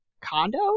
Condo